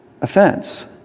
offense